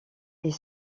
est